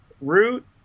root